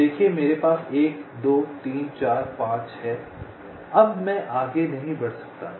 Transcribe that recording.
आप देखिये मेरे पास 1 2 3 4 5 है अब मैं आगे नहीं बढ़ सकता